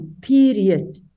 period